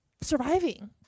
surviving